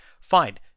fine